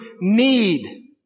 need